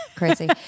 crazy